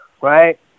right